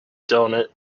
doughnut